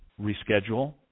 reschedule